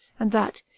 and that,